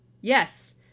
Yes